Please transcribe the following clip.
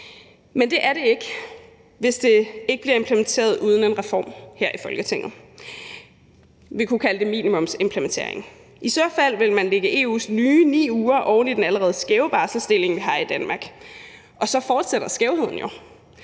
men det er det ikke, hvis det bliver implementeret uden en reform her i Folketinget. Vi kunne kalde det en minimumsimplementering. I så fald ville man lægge EU's nye 9 uger oven i den allerede skæve barselsdeling, vi har i Danmark, og så fortsætter skævheden jo.